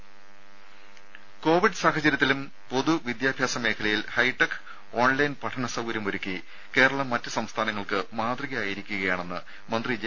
രദേ കോവിഡ് സാഹചര്യത്തിലും പൊതു വിദ്യാഭ്യാസ മേഖലയിൽ ഹൈടെക് ഓൺലൈൻ പഠന സൌകര്യമൊരുക്കി കേരളം മറ്റ് സംസ്ഥാനങ്ങൾക്ക് മാതൃകയായിരിക്കുകയാണെന്ന് മന്ത്രി ജെ